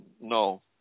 No